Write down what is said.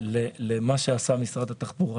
למה שעשה משרד התחבורה